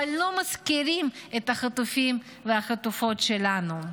אבל לא מזכירים את החטופים והחטופות שלנו.